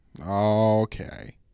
Okay